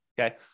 Okay